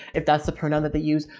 if that's the pronoun that they use,